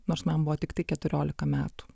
nors man buvo tiktai keturiolika metų